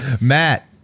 Matt